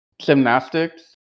gymnastics